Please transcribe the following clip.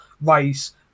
race